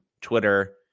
twitter